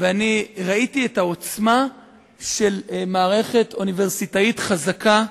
וראיתי את העוצמה של מערכת אוניברסיטאית חזקה בפעולה.